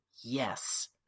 yes